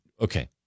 Okay